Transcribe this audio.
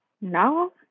No